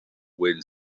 wind